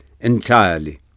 entirely